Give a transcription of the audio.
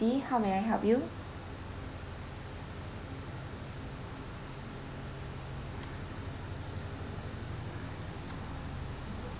how may I help you